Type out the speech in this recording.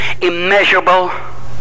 immeasurable